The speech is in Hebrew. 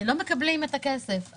לא מקבלים את הכסף.